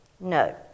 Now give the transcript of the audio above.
no